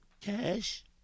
Cash